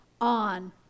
on